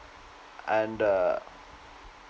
and uh